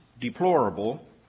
deplorable